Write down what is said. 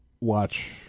watch